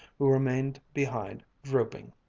who remained behind, drooping,